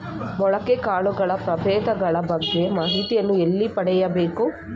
ಮೊಳಕೆ ಕಾಳುಗಳ ಪ್ರಭೇದಗಳ ಬಗ್ಗೆ ಮಾಹಿತಿಯನ್ನು ಎಲ್ಲಿ ಪಡೆಯಬೇಕು?